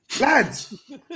Lads